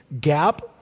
Gap